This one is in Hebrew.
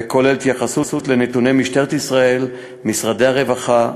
וכולל התייחסות לנתוני משטרת ישראל ומשרדי הרווחה,